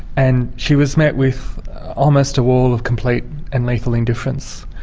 and she was met with almost a wall of complete and lethal indifference.